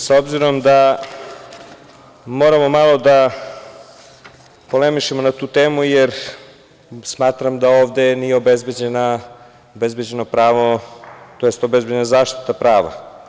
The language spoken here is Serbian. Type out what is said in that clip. S obzirom da moramo malo da polemišemo na tu temu jer smatram da ovde nije obezbeđeno pravo, to jest obezbeđena zaštita prava.